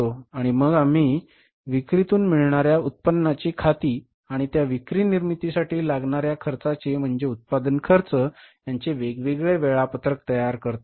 आणि मग आम्ही विक्रीतून मिळणाऱ्या उत्पन्नाची खाती आणि त्या विक्री निर्मितीसाठी लागणार्या खर्चाचे म्हणजेच उत्पादन खर्च यांचे वेगवेगळे वेळापत्रक तयार केले